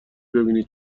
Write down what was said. ببینی